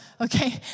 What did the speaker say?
Okay